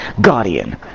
Guardian